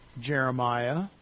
Jeremiah